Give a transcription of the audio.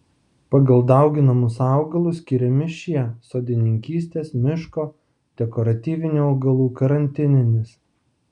pagal dauginamus augalus skiriami šie sodininkystės miško dekoratyvinių augalų karantininis